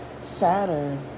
Saturn